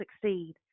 succeed